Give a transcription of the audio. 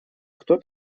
кто